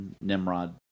Nimrod